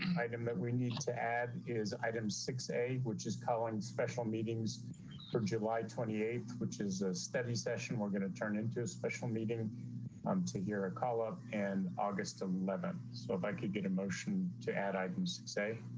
item that we need to add is item six, eight which is calling special meetings for july twenty eight which is a steady session, we're going to turn into a special meeting and um to hear a call up and august eleven so if i could get emotion to add items say